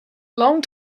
long